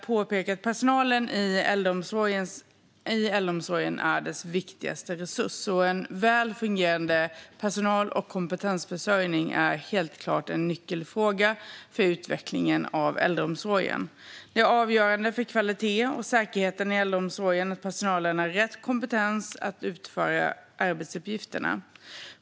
Personalen i äldreomsorgen är dess viktigaste resurs, och en väl fungerande personal och kompetensförsörjning är helt klart en nyckelfråga för utvecklingen i äldreomsorgen. Det är avgörande för kvaliteten och säkerheten i äldreomsorgen att personalen har rätt kompetens för att utföra arbetsuppgifterna.